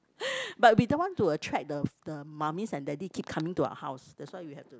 but would be the one to attract the the mommy and daddy keep coming to our house that's why we have to